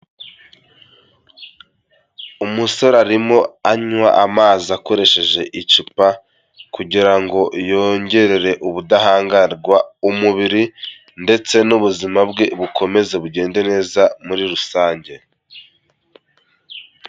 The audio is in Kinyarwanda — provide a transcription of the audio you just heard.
Umusore arimo anywa amazi akoresheje icupa kugira ngo yongerere ubudahangarwa umubiri ndetse n'ubuzima bwe bukomeze bugende neza muri rusange.